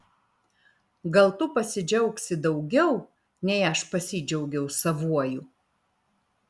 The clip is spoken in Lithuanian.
gal tu pasidžiaugsi daugiau nei aš pasidžiaugiau savuoju